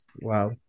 Wow